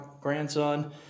grandson